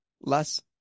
Less